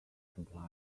complex